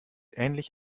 ähnlich